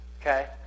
Okay